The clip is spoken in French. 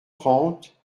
trente